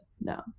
no